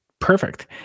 perfect